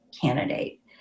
candidate